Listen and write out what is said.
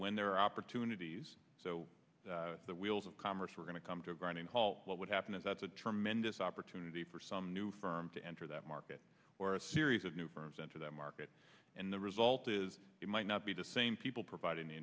when there are opportunities so the wheels of commerce were going to come to a grinding halt what would happen is that's a tremendous opportunity for some new firms to enter that market where a series of new firms enter that market and the result is it might not be the same people providing the